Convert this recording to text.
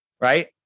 right